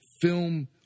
film